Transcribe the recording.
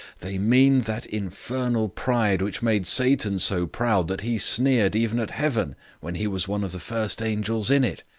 they mean that infernal pride which made satan so proud that he sneered even at heaven when he was one of the first angels in it.